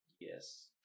Yes